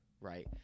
right